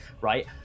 right